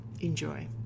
Enjoy